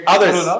Others